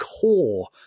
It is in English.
core